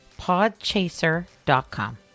podchaser.com